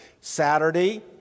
Saturday